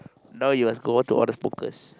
now you must go all to all the smokers